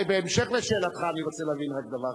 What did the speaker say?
בהמשך לשאלתך אני רוצה להבין רק דבר אחד,